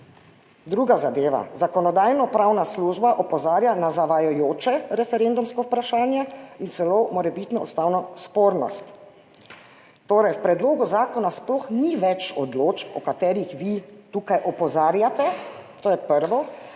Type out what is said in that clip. Druga zadeva. Zakonodajno-pravna služba opozarja na zavajajoče referendumsko vprašanje in celo morebitno ustavno spornost. Torej, v predlogu zakona sploh ni več odločb, o katerih vi tukaj opozarjate, to je prvo,